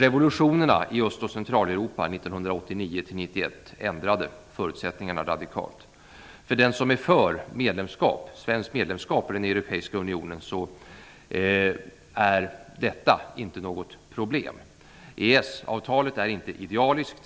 1991 ändrade förutsättningarna radikalt. För dem som är för ett svenskt medlemskap i den europeiska unionen är detta inte något problem. EES-avtalet är inte idealiskt.